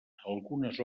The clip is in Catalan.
algunes